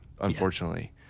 unfortunately